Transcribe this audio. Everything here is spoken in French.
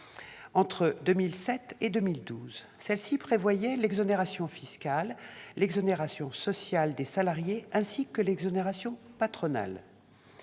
entre 2007 et 2012. Celle-ci prévoyait l'exonération fiscale, l'exonération sociale des salariés ainsi que l'exonération patronale.